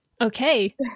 Okay